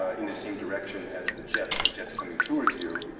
ah in the same direction as the jets, the jets coming toward you,